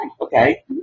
Okay